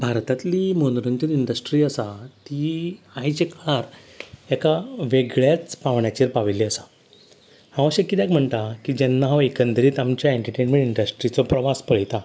भारतांतली मनोरंजन इंडस्ट्री आसा ती आयच्या काळार एका वेगळ्याच पांवण्याचेर पाविल्ली आसा हांव अशें किद्याक म्हणटा जेन्ना हांव एकंदरीत तुमच्या एटंटेनमेंट इंडस्ट्रीचो प्रवास पळयता